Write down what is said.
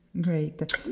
Great